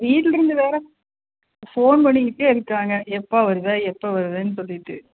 வீட்லிருந்து வேறு ஃபோன் பண்ணிக்கிட்டே இருக்காங்க எப்போ வருவ எப்போ வருவன்னு சொல்லிவிட்டு